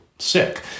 sick